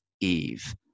Eve